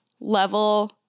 level